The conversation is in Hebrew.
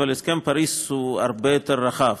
אבל הסכם פריז הוא הרבה יותר רחב,